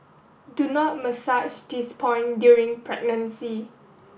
do not massage this point during pregnancy